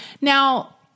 Now